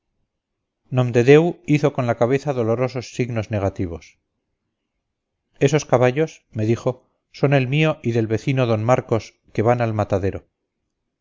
nomdedeu hizo con la cabeza dolorosos signos negativos esos caballos me dijo son el mío y el del vecino d marcos que van al matadero